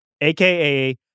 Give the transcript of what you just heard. aka